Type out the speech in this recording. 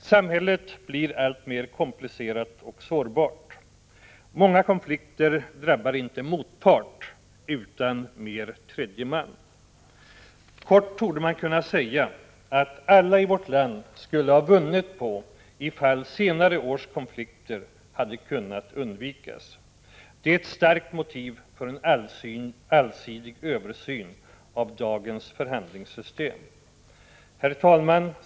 Samhället blir alltmer komplicerat och sårbart. Många konflikter drabbar inte motparten, utan mer tredje man. Sammanfattningsvis torde man kunna säga att alla i vårt land skulle ha vunnit på att senare års konflikter hade kunnat undvikas. Det är ett starkt motiv för en allsidig översyn av dagens s.k. förhandlingssystem. Herr talman!